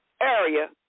area